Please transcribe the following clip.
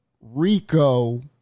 Rico